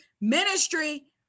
ministry